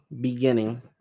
beginning